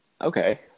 Okay